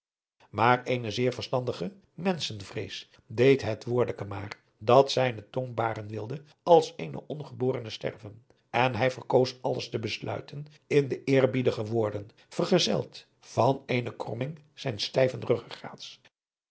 maar eene zeer verstandige menschenvrees deed het woordeke maar dat zijne tong baren wilde als eene ongeborene sterven en hij verkoos alles te besluiten in de eerbiedige woorden vergezeld van eene kromming zijns